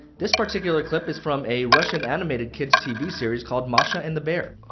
this particular clip is from a russian animated kids tv series called masha and the bear.